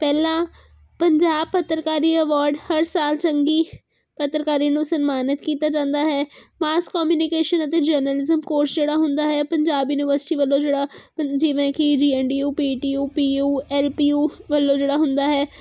ਪਹਿਲਾਂ ਪੰਜਾਬ ਪੱਤਰਕਾਰੀ ਅਵਾਰਡ ਹਰ ਸਾਲ ਚੰਗੀ ਪੱਤਰਕਾਰੀ ਨੂੰ ਸਨਮਾਨਿਤ ਕੀਤਾ ਜਾਂਦਾ ਹੈ ਮਾਸ ਕੋਮਨੀਕੇਸ਼ਨ ਅਤੇ ਜਨਰਲਿਜ਼ਮ ਕੋਰਸ ਜਿਹੜਾ ਹੁੰਦਾ ਹੈ ਪੰਜਾਬ ਯੂਨੀਵਰਸਿਟੀ ਵੱਲੋਂ ਜਿਹੜਾ ਜਿਵੇਂ ਕਿ ਜੀਐਨਡੀਯੂ ਪੇਟੀਯੂ ਪੀਯੂ ਐਲਪੀਯੂ ਵੱਲੋਂ ਜਿਹੜਾ ਹੁੰਦਾ ਹੈ